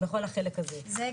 בכל החלק הזה, זאת